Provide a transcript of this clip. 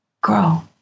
grow